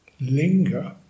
linger